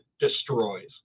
destroys